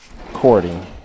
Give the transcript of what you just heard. courting